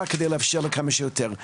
כדי לאפשר לכמה שיותר דוברים לדבר.